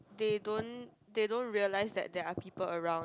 they don't they don't realize that there are people around